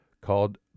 called